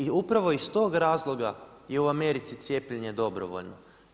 I upravo iz tog razloga je u Americi cijepljenje dobrovoljno.